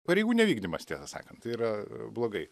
pareigų nevykdymas tiesą sakant tai yra blogai